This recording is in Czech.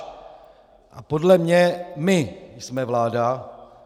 A podle mě my jsme vláda.